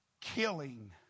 killing